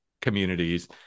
communities